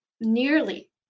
nearly